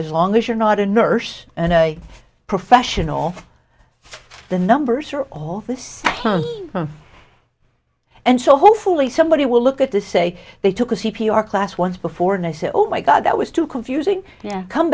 as long as you're not a nurse and a professional the numbers are all this and so hopefully somebody will look at this say they took a c p r class once before and i say oh my god that was too confusing yeah come